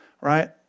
right